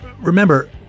Remember